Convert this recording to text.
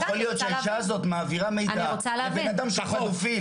יכול להיות שהאישה הזאת מעבירה מידע לבנאדם שהוא פדופיל,